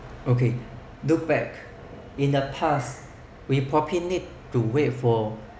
okay look back in the past we probably need to wait for